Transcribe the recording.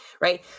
Right